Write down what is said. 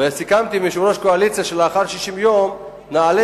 וסיכמתי עם יושב-ראש הקואליציה שלאחר 60 יום נעלה